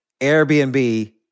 Airbnb